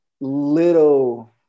little